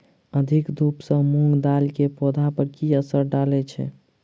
अधिक धूप सँ मूंग दालि केँ पौधा पर की असर डालय छै?